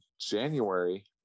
January